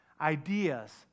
Ideas